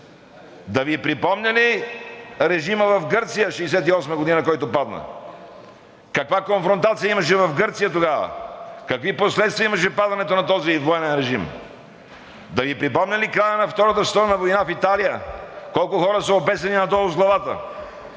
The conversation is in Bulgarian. Да Ви припомня ли режима в Гърция, който падна 1968 г.? Каква конфронтация имаше в Гърция тогава, какви последствия имаше падането на този военен режим? Да Ви припомня ли края на Втората световна война в Италия колко хора са обесени надолу с главата?